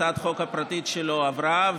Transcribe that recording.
הצעת החוק הפרטית שלו עברה,